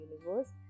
universe